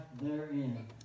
therein